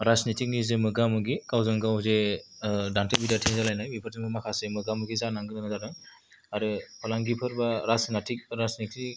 राजनिटिकनि जे मोगा मोगि गावजों गाव जे दान्थे बिदान्थे जालायनाय बेफोरजोंनो माखासे मोगा मोगि जानांनो गोनां जादों आरो फालांगिफोर बा राजनाटिक राजनिटिक